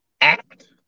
act